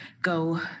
go